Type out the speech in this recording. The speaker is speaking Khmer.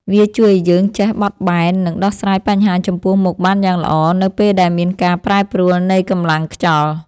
វាជួយឱ្យយើងចេះបត់បែន និងដោះស្រាយបញ្ហាចំពោះមុខបានយ៉ាងល្អ នៅពេលដែលមានការប្រែប្រួលនៃកម្លាំងខ្យល់។